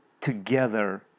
together